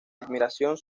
admiración